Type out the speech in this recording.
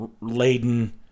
laden